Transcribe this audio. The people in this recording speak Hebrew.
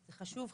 זה חשוב,